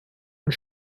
und